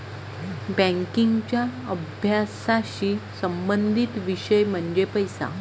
बँकिंगच्या अभ्यासाशी संबंधित विषय म्हणजे पैसा